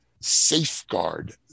safeguard